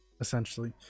essentially